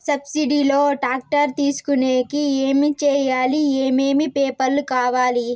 Subsidy లో tractor తీసుకొనేకి ఏమి చేయాలి? ఏమేమి పేపర్లు కావాలి?